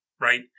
right